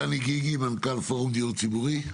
דני גיגי, מנכ"ל פורום דיור ציבורי.